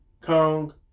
Kong